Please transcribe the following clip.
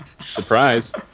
Surprise